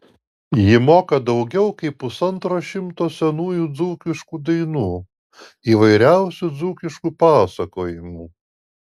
ji moka daugiau kaip pusantro šimto senųjų dzūkiškų dainų įvairiausių dzūkiškų pasakojimų